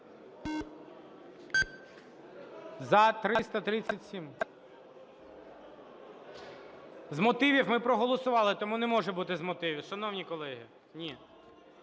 залі) З мотивів ми проголосували, тому не може бути з мотивів. Шановні колеги, ні.